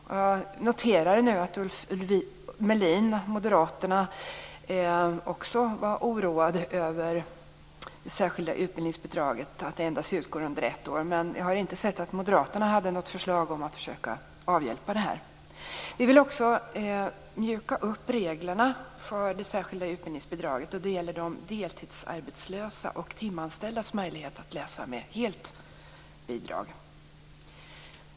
Jag noterar att Ulf Melin från Moderaterna också var oroad över att det särskilda utbildningsbidraget utgår under endast ett år. Men jag har inte sett att Moderaterna har haft något förslag för att avhjälpa det hela. Vi vill också mjuka upp reglerna för det särskilda utbildningsbidraget. Det gäller de deltidsarbetslösas och de timanställdas möjligheter att läsa med helt bidrag.